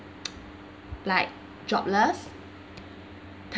like jobless